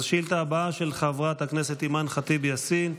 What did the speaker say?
אז השאילתה הבאה היא של חברת הכנסת אימאן ח'טיב יאסין,